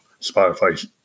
Spotify